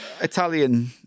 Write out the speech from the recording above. italian